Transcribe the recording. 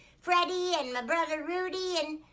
freddie, and my brother, rudy. and,